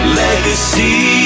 legacy